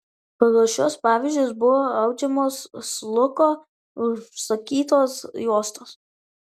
pagal šiuos pavyzdžius buvo audžiamos slucko užsakytos juostos